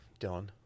Dylan